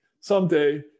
someday